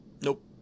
Nope